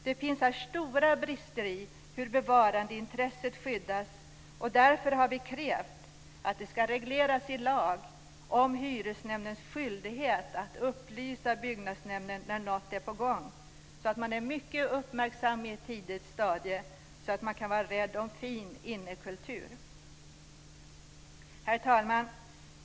Det finns här stora brister i hur bevarandeintresset skyddas. Därför har vi krävt att hyresnämndens skyldighet att upplysa byggnadsnämnden när något är på gång ska regleras i lag, så att man är mycket uppmärksam på ett tidigt stadium och kan vara rädd om fin innekultur. Herr talman!